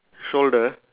shoulder